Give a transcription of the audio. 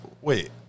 Wait